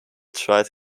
tried